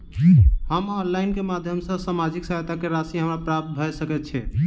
हम ऑनलाइन केँ माध्यम सँ सामाजिक सहायता केँ राशि हमरा प्राप्त भऽ सकै छै?